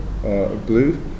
Blue